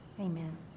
Amen